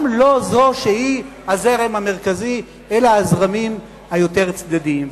גם לא זו שהיא הזרם המרכזי אלא הזרמים היותר צדדיים.